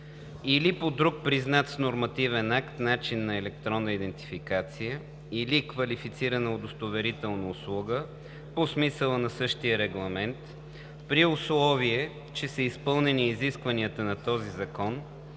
или по друг признат с нормативен акт начин за електронна идентификация или квалифицирана удостоверителна услуга по смисъла на същия регламент, при условие че са изпълнени изискванията на този закон